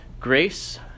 grace